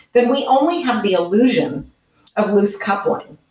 then we only have the illusion of lose coupling,